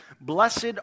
Blessed